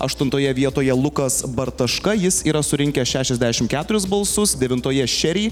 aštuntoje vietoje lukas bartaška jis yra surinkęs šešiasdešimt keturis balsus devintoje cheri